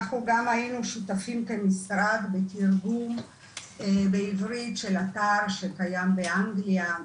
אנחנו גם היינו שותפים כמשרד בתרגום לעברית של אתר שקיים באנגליה,